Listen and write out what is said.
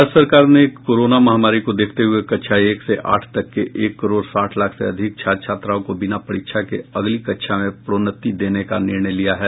राज्य सरकार ने कोरोना महामारी को देखते हुये कक्षा एक से आठ तक के एक करोड़ साठ लाख से अधिक छात्र छात्राओं को बिना परीक्षा के अगली कक्षा में प्रोन्नति देने का निर्णय लिया है